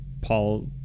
Paul